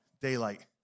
daylight